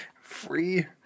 free